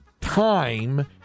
time